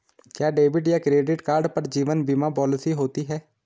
क्या डेबिट या credit card पर जीवन बीमा पॉलिसी होती है?